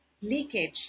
leakage